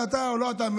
אתה או לא אתה,